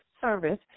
service